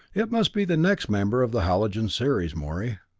it must be the next member of the halogen series, morey.